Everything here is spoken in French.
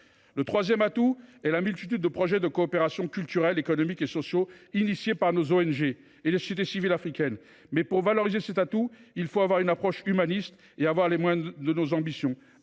Le troisième atout est la multitude de projets de coopération culturels, économiques et sociaux engagés par nos ONG et les sociétés civiles africaines. Mais, pour valoriser cet atout, il faut adopter une approche humaniste et nous donner les moyens de nos ambitions.